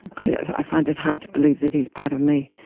i find it hard to believe that he is part of me.